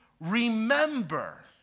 remember